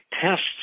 tests